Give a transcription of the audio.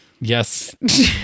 yes